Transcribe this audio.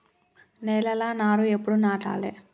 నేలలా నారు ఎప్పుడు నాటాలె?